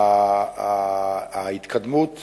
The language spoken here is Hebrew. ההתקדמות